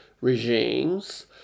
regimes